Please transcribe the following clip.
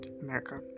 America